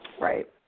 Right